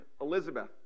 Elizabeth